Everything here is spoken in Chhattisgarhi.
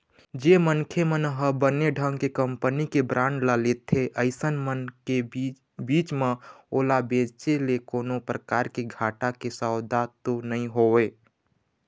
जेन मनखे मन ह बने ढंग के कंपनी के बांड ल लेथे अइसन म बीच म ओला बेंचे ले कोनो परकार के घाटा के सौदा तो नइ होवय